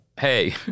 hey